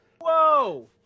Whoa